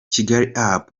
kigaliup